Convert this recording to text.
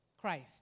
Christ